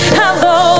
hello